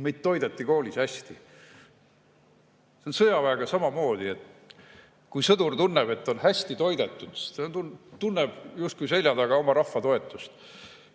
neid toideti koolis hästi. See on sõjaväes samamoodi. Kui sõdur tunneb, et on hästi toidetud, siis tunneb ta justkui selja taga oma rahva toetust.